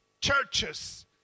churches